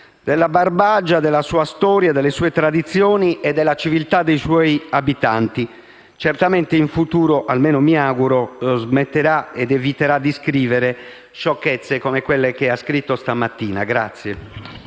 sulla Barbagia, sulla sua storia, sulle sue tradizioni e sulla civiltà dei suoi abitanti. Certamente in futuro, almeno mi auguro, smetterà ed eviterà di scrivere sciocchezze come quelle che ha scritto questa mattina.